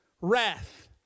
wrath